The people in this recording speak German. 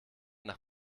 nach